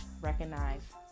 recognize